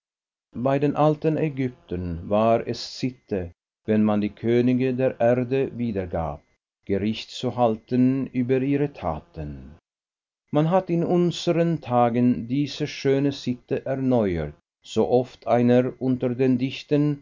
bei den alten ägyptern war es sitte wenn man die könige der erde wiedergab gericht zu halten über ihre taten man hat in unseren tagen diese schöne sitte erneuert so oft einer unter den dichtern